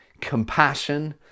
Compassion